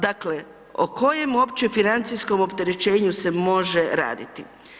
Dakle, o kojem uopće financijskom opterećenju se može raditi?